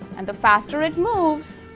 and the faster it moves,